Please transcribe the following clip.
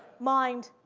mind.